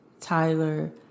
Tyler